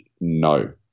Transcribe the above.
no